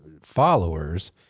followers